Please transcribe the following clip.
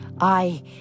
I